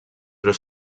però